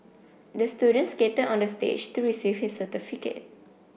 the student skated on the stage to receive his certificate